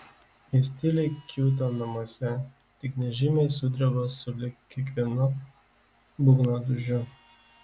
jis tyliai kiūto namuose tik nežymiai sudreba sulig kiekvienu būgno dūžiu